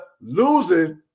losing